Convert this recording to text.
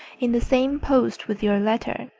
in the same post with your letter.